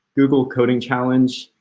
google coding challenge,